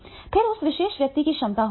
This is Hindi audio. फिर उस विशेष व्यक्ति की क्षमता होगी